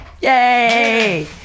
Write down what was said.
Yay